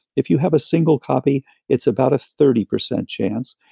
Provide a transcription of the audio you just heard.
if you have a single copy it's about a thirty percent chance.